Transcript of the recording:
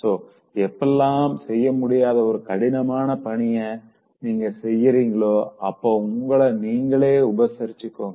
so எப்போலாம் செய்யமுடியாத ஒரு கடினமான பணிய நீங்க செய்றீங்களோ அப்போ உங்கள நீங்களே உபசரிச்சுக்கோங்க